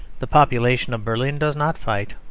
the population of berlin does not fight,